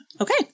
Okay